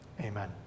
Amen